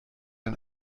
ein